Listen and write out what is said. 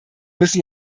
müssen